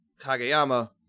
Kageyama